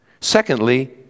Secondly